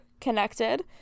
connected